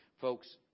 folks